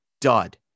dud